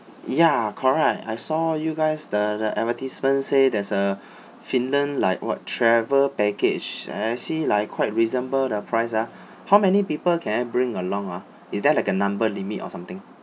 ya correct I saw you guys the advertisement say there's a finland like what travel package I see like quite reasonable the price ah how many people can I bring along ah is there like a number limit or something